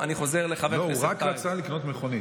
הוא רק רצה לקנות מכונית.